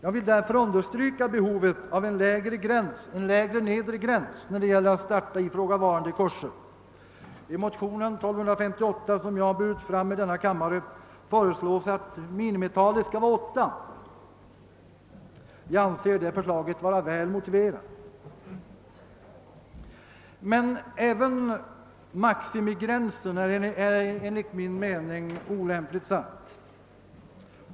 Jag vill därför understryka behovet av en lägre nedre gräns när det gäller att starta ifrågavarande kurser. I motionen II: 1258 som jag har väckt i denna kammare föreslås att minimiantalet skall vara åtta. Jag anser det förslaget vara väl motiverat. Men även maximigränsen är enligt min mening olämpligt satt.